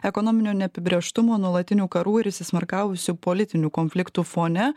ekonominio neapibrėžtumo nuolatinių karų ir įsismarkavusių politinių konfliktų fone